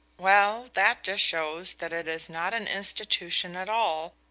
well, that just shows that it is not an institution at all,